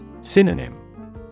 Synonym